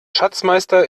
schatzmeister